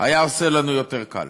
היה עושה לנו יותר קל,